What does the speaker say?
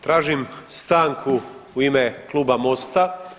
Tražim stanku u ime Kluba MOST-a.